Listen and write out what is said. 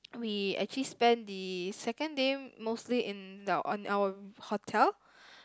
we actually spent the second day mostly in the on our hotel